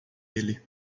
ele